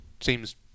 seems